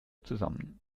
zusammen